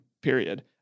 period